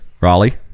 Raleigh